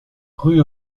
rue